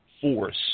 force